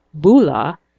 Bula